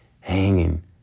hanging